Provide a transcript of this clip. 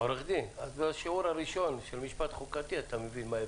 אז מהשיעור הראשון של משפט חוקתי אתה מבין מה ההבדל.